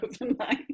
overnight